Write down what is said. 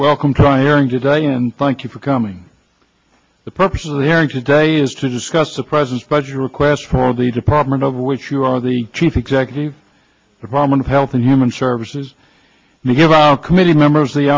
welcome time hearing today and thank you for coming the purpose of the hearings today is to discuss the president's budget request for the department of which you are the chief executive department of health and human services we give our committee members the